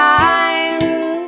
time